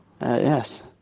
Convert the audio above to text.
Yes